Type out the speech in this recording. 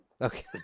Okay